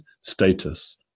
status